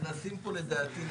זה